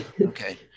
okay